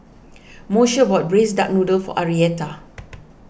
Moshe bought Braised Duck Noodle for Arietta